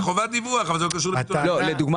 הטענה